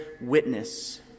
witness